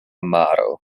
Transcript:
maro